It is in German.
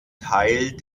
teil